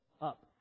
up